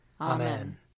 Amen